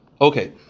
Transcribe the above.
Okay